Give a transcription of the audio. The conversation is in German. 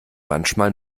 manchmal